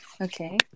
okay